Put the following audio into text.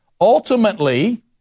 Ultimately